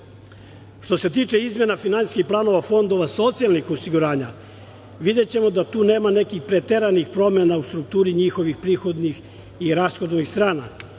se tiče izmena finansijskih pravila fondova socijalnih osiguranja, videćemo da tu nema nekih preteranih promena u strukturi njihovih prihodnih i rashodnih strana.